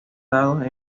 dados